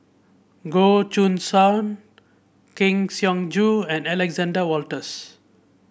Goh Choo San Kang Siong Joo and Alexander Wolters